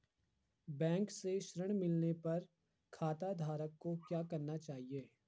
Bank से ऋण मिलने पर खाताधारक को क्या करना चाहिए?